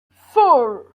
four